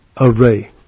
array